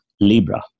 Libra